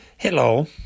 Hello